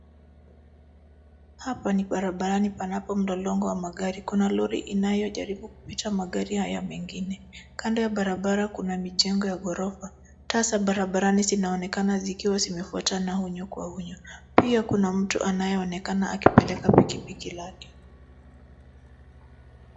Hapa ni barabarani panapo mlolongo wa magari. Kuna lori inayojaribu kupita magari haya mengine. Kando ya barabara kuna mijengo ya ghorofa. Taa za barabarani zinaonekana zikiwa zimefuatana unyo kwa unyo. Pia kuna mtu anayeonekana akipeleka pikipiki lake.